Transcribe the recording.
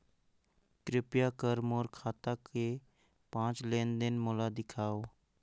कृपया कर मोर खाता के पांच लेन देन मोला दिखावव